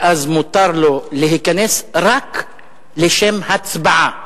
ואז מותר לו להיכנס רק לשם הצבעה.